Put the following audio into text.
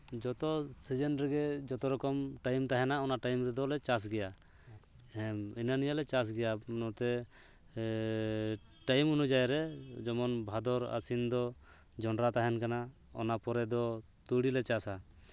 ᱡᱚᱛᱚ ᱥᱤᱡᱮᱱ ᱨᱮᱜᱮ ᱡᱚᱛᱚ ᱨᱚᱠᱚᱢ ᱴᱟᱹᱭᱤᱢ ᱛᱟᱦᱮᱱᱟ ᱚᱱᱟ ᱴᱟᱹᱭᱤᱢ ᱨᱮᱫᱚ ᱞᱮ ᱪᱟᱥ ᱜᱮᱭᱟ ᱦᱤᱱᱟᱹ ᱱᱤᱭᱟᱹᱞᱮ ᱪᱟᱥ ᱜᱮᱭᱟ ᱱᱚᱛᱮ ᱴᱟᱹᱭᱤᱢ ᱚᱱᱩᱡᱟᱭᱤ ᱨᱮ ᱡᱮᱢᱚᱱ ᱵᱷᱟᱫᱚᱨ ᱟᱥᱤᱱ ᱫᱚ ᱡᱚᱱᱰᱨᱟ ᱛᱟᱦᱮᱱ ᱠᱟᱱᱟ ᱚᱱᱟ ᱯᱚᱨᱮ ᱫᱚ ᱛᱩᱲᱤ ᱞᱮ ᱪᱟᱥᱟ